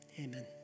Amen